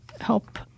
help